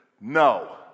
no